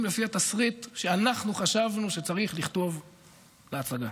לפי התסריט שאנחנו חשבנו שצריך לכתוב בהצגה,